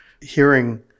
Hearing